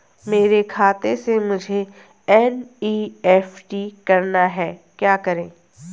मेरे खाते से मुझे एन.ई.एफ.टी करना है क्या करें?